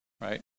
right